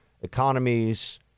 economies